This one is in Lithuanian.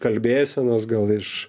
kalbėsenos gal iš